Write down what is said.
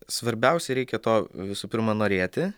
svarbiausia reikia to visų pirma norėti